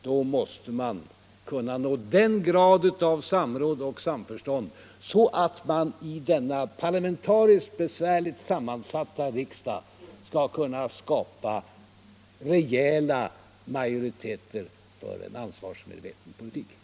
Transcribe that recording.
Då måste man kunna nå en sådan grad av samråd och samförstånd att man i denna parlamentariskt besvärligt sammansatta riksdag kan skapa rejäla majoriteter för en ansvarsmedveten politik.